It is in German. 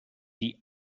die